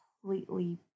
completely